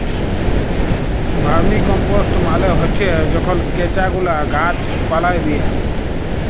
vermicompost মালে হছে যখল কেঁচা গুলা গাহাচ পালায় দিয়া